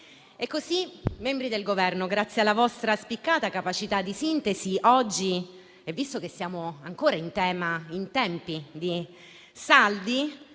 e colleghe, membri del Governo, grazie alla vostra spiccata capacità di sintesi oggi, visto che siamo ancora in tempi di saldi,